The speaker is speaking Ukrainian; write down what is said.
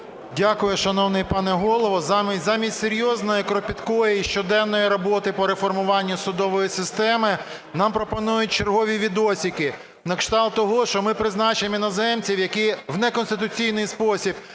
Дякую, шановний пане Голово. Замість серйозної кропіткої і щоденної роботи по реформуванню судової системи нам пропонують чергові "відосики" на кшталт того, що ми призначимо іноземців у неконституційний спосіб,